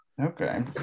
Okay